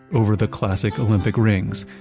over the classic olympic rings.